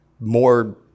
more